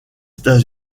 états